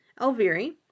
Alviri